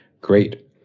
great